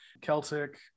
Celtic